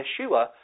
Yeshua